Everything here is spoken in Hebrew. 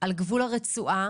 על גבול הרצועה.